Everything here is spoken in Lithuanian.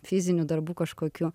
fizinių darbų kažkokių